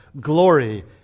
glory